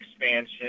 expansion